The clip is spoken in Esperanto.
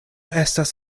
estas